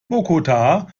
bogotá